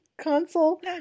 console